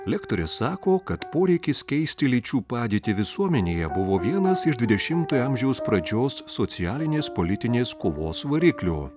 lektorė sako kad poreikis keisti lyčių padėtį visuomenėje buvo vienas iš dvidešimtojo amžiaus pradžios socialinės politinės kovos variklių